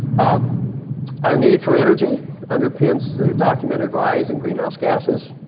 um our need for energy underpins the documented rise in greenhouse gases,